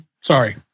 Sorry